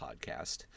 Podcast